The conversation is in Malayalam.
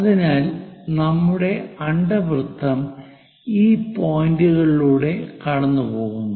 അതിനാൽ നമ്മുടെ അണ്ഡവൃത്തം ഈ പോയിന്റുകളിലൂടെ കടന്നുപോകുന്നു